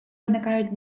виникають